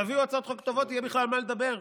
תביאו הצעות חוק טובות, יהיה בכלל על מה לדבר.